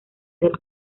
del